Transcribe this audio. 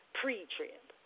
pre-trib